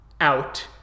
out